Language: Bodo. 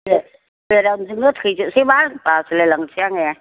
इसे बेरामजोंनो थैजोबसै बाल बासोलायलांसै आङो